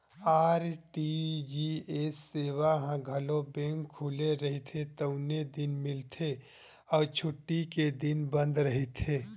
RTGS सेवा ह घलो बेंक खुले रहिथे तउने दिन मिलथे अउ छुट्टी के दिन बंद रहिथे